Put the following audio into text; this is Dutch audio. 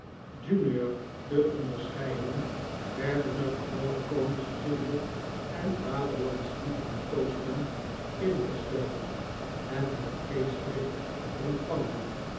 te onderscheiden werden de gewone koningsgezinde en vaderlandlievende toasten ingesteld en met geestdrift onfvangen